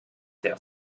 der